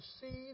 see